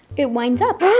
it winds up!